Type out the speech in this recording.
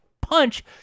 punch